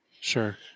Sure